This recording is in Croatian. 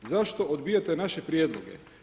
Zašto odbijate naše prijedloge?